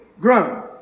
grown